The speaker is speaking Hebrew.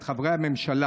את חברי הממשלה.